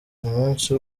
umunsi